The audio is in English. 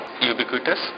Ubiquitous